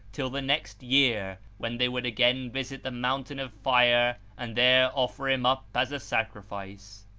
till the next year, when they would again visit the mountain of fire and there offer him up as a sacrifice.